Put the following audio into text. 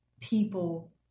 people